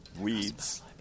weeds